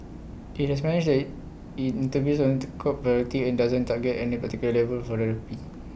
IT has managed IT intervenes to curb volatility and doesn't target any particular level for the rupee